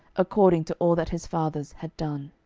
according to all that his fathers had done.